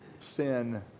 sin